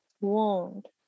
wound